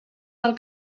del